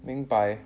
明白